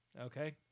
Okay